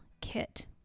kit